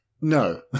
no